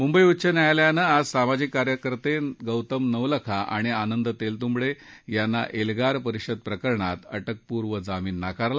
मुंबई उच्च न्यायालयान आज सामाजिक कार्यकर्ते गौतम नवलखा आणि आनंद तेलतुंबडे यांना एल्गार परिषद प्रकरणात अटकपूर्व जामीन नाकारला